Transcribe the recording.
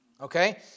Okay